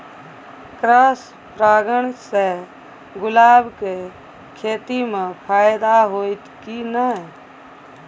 Cross परागण से गुलाब के खेती म फायदा होयत की नय?